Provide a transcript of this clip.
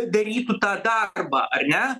darytų tą darbą ar ne